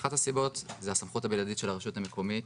ואחת הסיבות זה הסמכות הבלעדית של הרשות המקומית